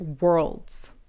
worlds